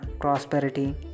prosperity